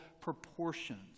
proportions